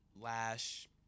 lash